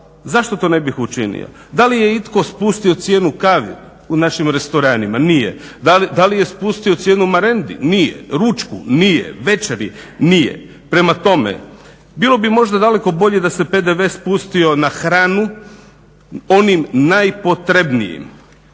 zašto to ne bih učinio, da li je itko spustio cijenu kavi u našim restoranima, nije. DA li je spustio cijeni marendi nije, ručku nije, večeri nije. Prema tome, bilo bi možda daleko bolje da se PDV spustio na hranu onim najpotrebnijima